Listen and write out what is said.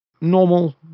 normal